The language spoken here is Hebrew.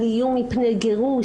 על איום מפני גירוש.